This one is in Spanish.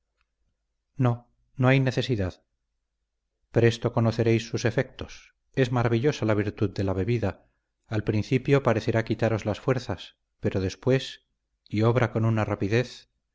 no no hay necesidad presto conoceréis sus efectos es maravillosa la virtud de la bebida al principio parecerá quitaros las fuerzas pero después y obra con una rapidez